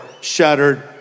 shattered